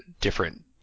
different